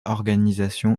organisation